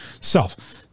Self